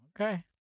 Okay